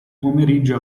pomeriggio